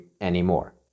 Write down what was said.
anymore